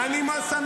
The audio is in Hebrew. למה שהוא יענה לך?